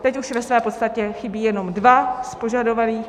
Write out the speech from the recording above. Teď už v podstatě chybí jenom dva z požadovaných.